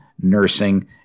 nursing